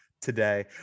today